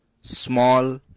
small